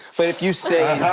but if you say